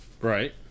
Right